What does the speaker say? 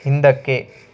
ಹಿಂದಕ್ಕೆ